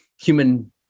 human